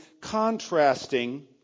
contrasting